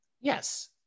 Yes